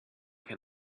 can